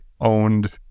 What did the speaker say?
owned